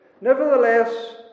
nevertheless